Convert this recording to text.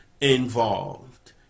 involved